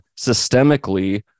systemically